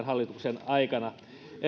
hallituksen aikana